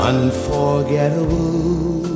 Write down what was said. Unforgettable